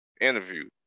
interview